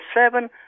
seven